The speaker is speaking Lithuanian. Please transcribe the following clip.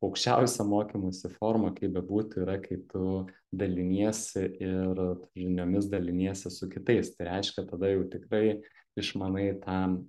aukščiausia mokymųsi forma kaip bebūtų yra kai tu daliniesi ir žiniomis daliniesi su kitais tai reiškia tada jau tikrai išmanai tą